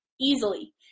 easily